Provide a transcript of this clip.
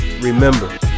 remember